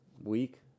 week